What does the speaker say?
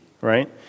right